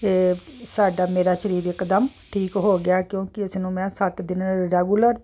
ਸਾਡਾ ਮੇਰਾ ਸਰੀਰ ਇਕਦਮ ਠੀਕ ਹੋ ਗਿਆ ਕਿਉਂਕਿ ਅਸੀਂ ਨੂੰ ਮੈਂ ਸੱਤ ਦਿਨ ਰੈਗੂਲਰ